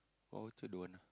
all also don't want ah